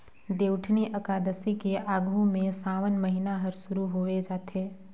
देवउठनी अकादसी के आघू में सावन महिना हर सुरु होवे जाथे